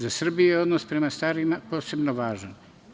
Za Srbiju je odnos prema starima posebno važan.